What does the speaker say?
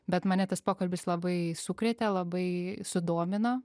bet mane tas pokalbis labai sukrėtė labai sudomino